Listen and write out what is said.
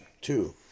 two